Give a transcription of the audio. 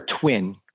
twin